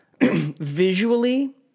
visually